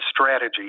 strategy